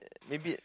maybe